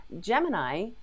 Gemini